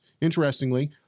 Interestingly